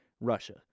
Russia